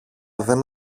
δεν